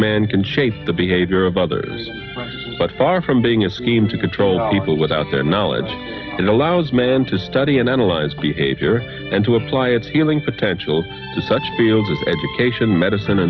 men can shape the behavior of others but far from being a scheme to control people without their knowledge and allows men to study and analyze behavior and to apply its healing potential to such fields of education medicine